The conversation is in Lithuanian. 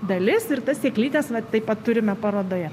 dalis ir tas sėklytes va taip pat turime parodoje